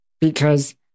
Because-